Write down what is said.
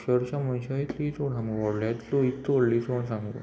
चडशा मनशां इतलो इसण सामको येदो इतलो व्हडलो इसोण सामको